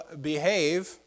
behave